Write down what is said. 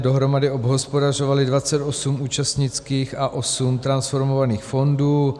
Dohromady obhospodařovaly 28 účastnických a 8 transformovaných fondů.